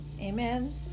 Amen